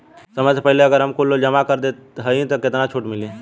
समय से पहिले अगर हम कुल लोन जमा कर देत हई तब कितना छूट मिली?